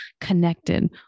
connected